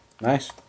Nice